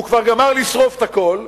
הוא כבר גמר לשרוף הכול,